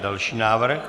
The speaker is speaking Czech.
Další návrh.